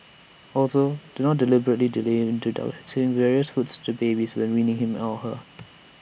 also do not deliberately delay introducing various foods to babies when weaning him or her